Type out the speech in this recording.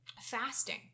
Fasting